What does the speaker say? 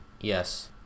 yes